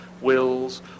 wills